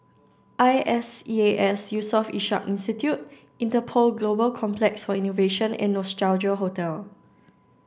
I S E A S Yusof Ishak Institute Interpol Global Complex for Innovation and Nostalgia Hotel